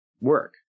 work